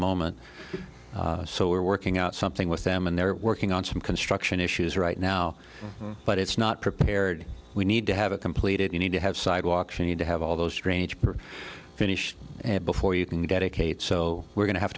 moment so we're working out something with them and they're working on some construction issues right now but it's not prepared we need to have a complete it you need to have sidewalks you need to have all those strange to finish it before you can dedicate so we're going to have